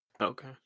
okay